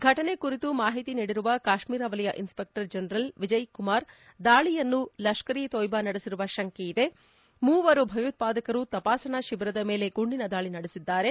ಘಟನೆ ಕುರಿತು ಮಾಹಿತಿ ನೀಡಿರುವ ಕಾಶ್ಮೀರ ವಲಯ ಇನ್ಸ್ಪೇಕ್ಸರ್ ಜನರಲ್ ವಿಜಯ್ಕುಮಾರ್ ದಾಳಿಯನ್ನು ಲಷ್ಕರಿ ಎ ತೋಯ್ಬಾ ನಡೆಸಿರುವ ಶಂಕೆ ಇದೆ ಮೂವರು ಭಯೋತ್ಪಾದಕರು ತಪಾಸಣಾ ಶಿಬಿರದ ಮೇಲೆ ಗುಂಡಿನ ದಾಳಿ ನಡೆಸಿದ್ದಾರೆ